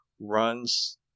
runs